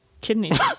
kidneys